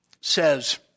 says